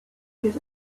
his